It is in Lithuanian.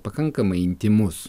pakankamai intymus